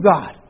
God